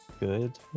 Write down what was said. Good